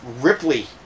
Ripley